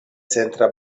centra